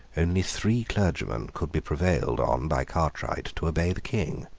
only three clergymen could be prevailed on by cartwright to obey the king.